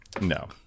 No